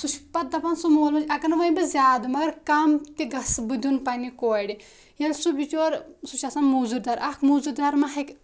سُہ چھُ پَتہٕ دپان سُہ مول موج اگر نہٕ وۄنۍ بہٕ زیادٕ مگر کَم تہِ گژھٕ بہٕ دیُن پَنٛنہِ کورِ ییٚلہِ سُہ بِچور سُہ چھِ آسان مُزوٗردَر اَکھ مُزوٗردار ما ہٮ۪کہِ